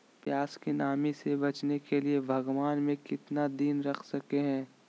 प्यास की नामी से बचने के लिए भगवान में कितना दिन रख सकते हैं?